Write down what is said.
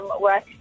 work